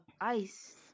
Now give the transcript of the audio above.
Ice